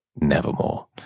Nevermore